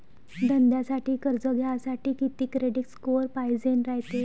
धंद्यासाठी कर्ज घ्यासाठी कितीक क्रेडिट स्कोर पायजेन रायते?